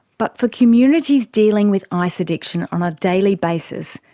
but for communities dealing with ice addiction on a daily basis,